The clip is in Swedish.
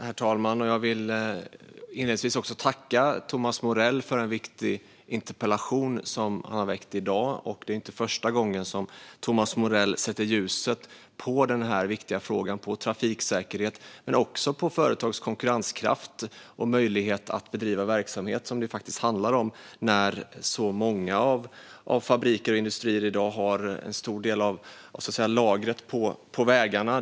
Herr talman! Jag vill inledningsvis tacka Thomas Morell för en viktig interpellation. Detta är inte första gången som Thomas Morell sätter ljuset på den här viktiga frågan, på trafiksäkerhet och också på företags konkurrenskraft och möjlighet att bedriva verksamhet. Det är ju detta det faktiskt handlar om när så många fabriker och industrier har en stor del av lagret på vägarna.